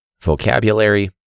vocabulary